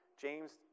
James